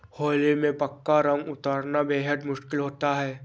होली में पक्का रंग उतरना बेहद मुश्किल होता है